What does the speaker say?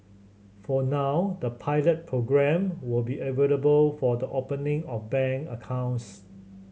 for now the pilot programme will be available for the opening of bank accounts